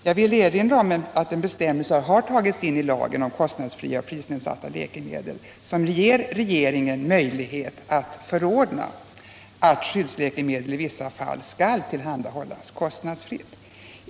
Jag vill erinra om att en bestämmelse har tagits in i lagen om kostnadsfria och prisnedsatta läkemedel som ger regeringen möjlighet att förordna att skyddsläkemedel i vissa fall skall tillhandahållas kostnadsfritt.